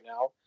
now